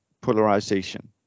polarization